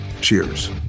Cheers